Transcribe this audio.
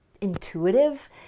intuitive